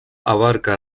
abarca